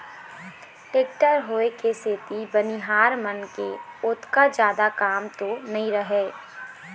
tractor होय के सेती बनिहार मन के ओतका जादा काम तो नइ रहय